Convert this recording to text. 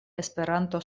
esperanto